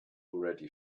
already